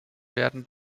werden